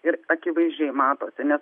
ir akivaizdžiai matosi nes